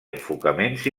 enfocaments